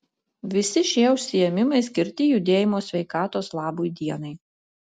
visi šie užsiėmimai skirti judėjimo sveikatos labui dienai